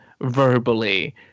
verbally